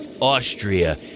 Austria